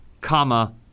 comma